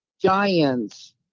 Giants